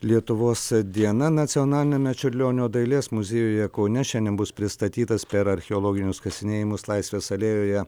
lietuvos diena nacionaliniame čiurlionio dailės muziejuje kaune šiandien bus pristatytas per archeologinius kasinėjimus laisvės alėjoje